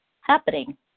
happening